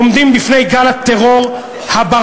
עומדים בפני גל הטרור הברברי,